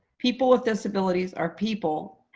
people with disabilities are people,